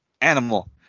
animal